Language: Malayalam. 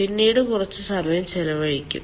പിന്നീട് കുറച്ച് സമയം ചെലവഴിക്കും